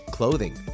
clothing